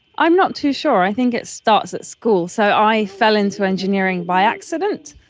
i'm not too sure. i think it starts at school. so i fell into engineering by accident.